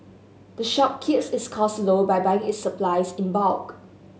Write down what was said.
the shop keeps its costs low by buying its supplies in bulk